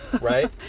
Right